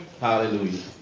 Hallelujah